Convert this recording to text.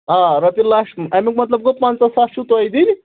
آ رۄپیہِ لَچھ اَمیُک مطلب گوٚو پَنٛژاہ ساس چھُو تۄہہِ دِنۍ